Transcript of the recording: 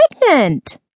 pregnant